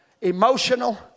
emotional